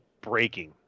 breaking